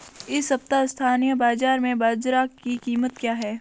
इस सप्ताह स्थानीय बाज़ार में बाजरा की कीमत क्या है?